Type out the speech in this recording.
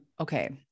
Okay